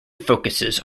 focuses